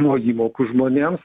nuo įmokų žmonėms